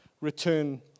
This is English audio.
return